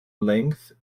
length